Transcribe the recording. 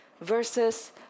Versus